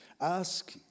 Ask